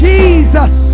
Jesus